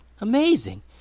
Amazing